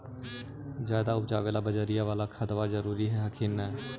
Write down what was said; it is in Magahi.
ज्यादा उपजाबे ला बजरिया बाला खदबा जरूरी हखिन न?